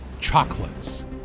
chocolates